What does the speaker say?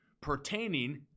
pertaining